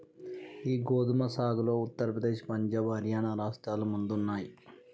గీ గోదుమ సాగులో ఉత్తర ప్రదేశ్, పంజాబ్, హర్యానా రాష్ట్రాలు ముందున్నాయి